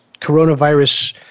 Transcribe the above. coronavirus